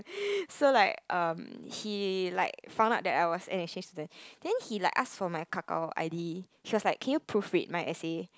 so like um he like found out that I was an exchange student then he like ask for my Kakao I_D he was like can you proof read my essay